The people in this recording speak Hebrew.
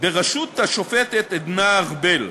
בראשות השופטת עדנה ארבל.